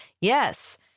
yes